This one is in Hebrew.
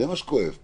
זה מה שכואב פה.